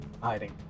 hiding